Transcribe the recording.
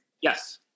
Yes